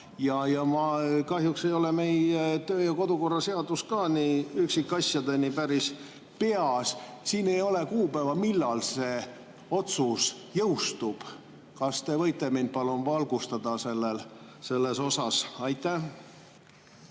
Mul kahjuks ei ole meie töö- ja kodukorra seadus päris üksikasjadeni peas. Siin ei ole kuupäeva, millal see otsus jõustub. Kas te võite mind palun valgustada selles osas? Aitäh,